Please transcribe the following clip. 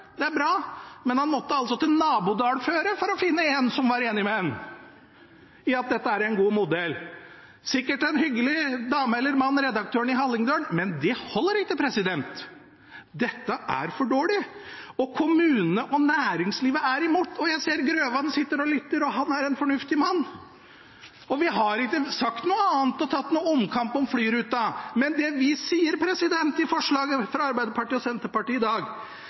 Det er bra, men han måtte altså til nabodalføret for å finne en som var enig med ham i at dette er en god modell – sikkert en hyggelig dame eller mann, redaktøren i Hallingdølen. Men det holder ikke. Dette er for dårlig. Kommunene og næringslivet er imot. Jeg ser at representanten Grøvan sitter og lytter, og han er en fornuftig mann, og vi har ikke sagt noe annet og tatt en omkamp om flyruta, men det vi sier i forslaget fra Arbeiderpartiet og Senterpartiet i dag,